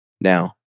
Now